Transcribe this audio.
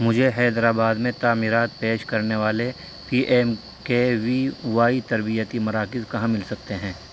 مجھے حیدرآباد میں تعمیرات پیش کرنے والے P M K V Y تربیتی مراکز کہاں مل سکتے ہیں